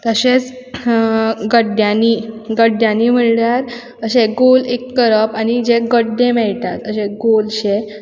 तशेंच गड्ड्यांनी गड्ड्यांनी म्हणल्यार अशें गोल एक करप आनी जे गड्डे मेयटात अशे गोल शे